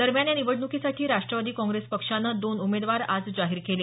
दरम्यान या निवडणुकीसाठी राष्ट्रवादी काँग्रेस पक्षानं दोन उमेदवार आज जाहीर केले